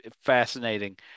fascinating